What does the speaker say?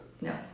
No